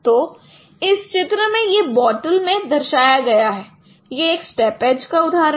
तो इस चित्र में यह बोतल में दर्शाया गया है यह एक स्थेप एज का उदाहरण है